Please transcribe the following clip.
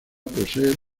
posee